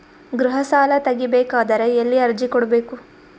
ಗೃಹ ಸಾಲಾ ತಗಿ ಬೇಕಾದರ ಎಲ್ಲಿ ಅರ್ಜಿ ಕೊಡಬೇಕು?